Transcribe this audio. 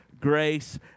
grace